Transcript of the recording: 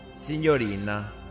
Signorina